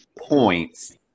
points